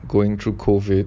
going through COVID